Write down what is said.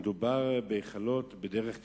מדובר בהיכלות, בדרך כלל,